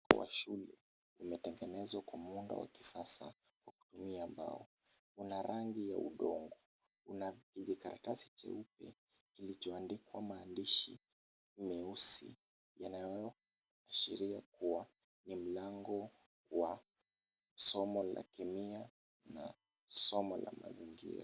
Wa shule, umetengenezwa kwa muundo wa kisasa kwa kutumia mbao. Una rangi ya udongo. Una kikaratasi cheupe, kilichoandikwa maandishi meusi, yanayoashiria kuwa, ni mlango wa somo la Kemia na somo la mazingira.